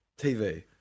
TV